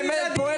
יותר